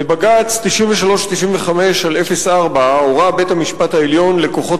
בבג"ץ 9395/04 הורה בית-המשפט העליון לכוחות